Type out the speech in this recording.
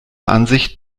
ansicht